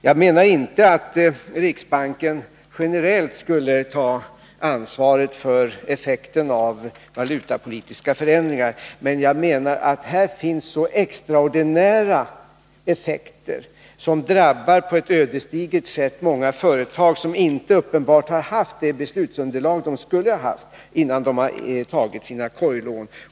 Jag menar inte att riksbanken generellt skulle ta ansvaret för effekten av valutapolitiska förändringar, men jag anser att det här uppstår extraordinära effekter, som på ett ödesdigert sätt drabbar många företag som uppenbarligen inte har haft det beslutsunderlag de skulle ha haft innan de tagit sina korglån.